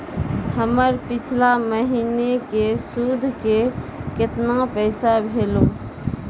हमर पिछला महीने के सुध के केतना पैसा भेलौ?